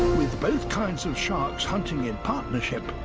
with both kinds of sharks hunting in partnership,